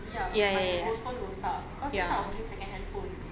ya ya ya ya ya